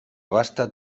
abasta